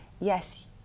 yes